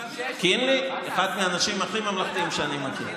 קינלי, אחד מהאנשים הכי ממלכתיים שאני מכיר.